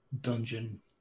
dungeon